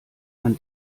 man